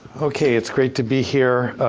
okay, it's great to be here.